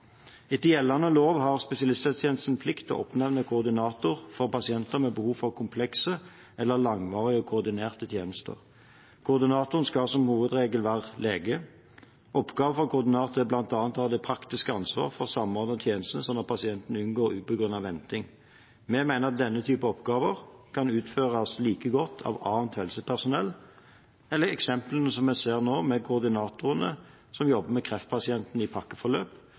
Etter gjeldende lov har spesialisthelsetjenesten plikt til å oppnevne koordinator for pasienter med behov for komplekse eller langvarige og koordinerte tjenester. Koordinatoren skal som hovedregel være lege. Oppgaver for koordinator er bl.a. å ha det praktiske ansvaret for å samordne tjenestene slik at pasienten unngår ubegrunnet venting. Vi mener denne type oppgaver kan utføres like godt av annet helsepersonell. Vi ser nå eksempler med koordinatorene som jobber med kreftpasienter i pakkeforløp,